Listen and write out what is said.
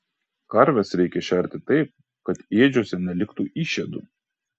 karves reikia šerti taip kad ėdžiose neliktų išėdų